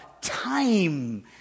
Time